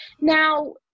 Now